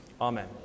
Amen